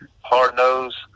hard-nosed